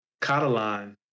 Catalan